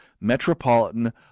metropolitan